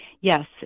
Yes